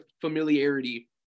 familiarity